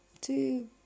two